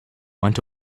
went